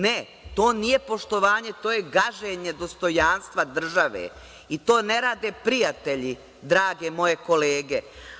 Ne, to nije poštovanje, to je gaženje dostojanstva države i to ne rade prijatelji, drage moje kolege.